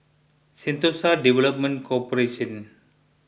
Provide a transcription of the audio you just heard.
Sentosa Development Corporation